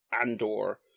Andor